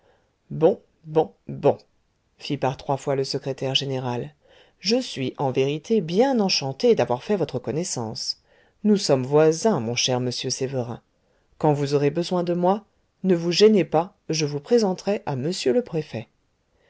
bon bon bon fit par trois fois le secrétaire général je suis en vérité bien enchanté d'avoir fait votre connaissance nous sommes voisins mon cher monsieur sévérin quand vous aurez besoin de moi ne vous gênez pas je vous présenterai à m le préfet